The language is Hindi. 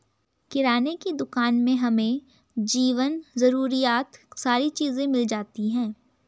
किराने की दुकान में हमें जीवन जरूरियात सारी चीज़े मिल जाती है